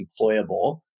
employable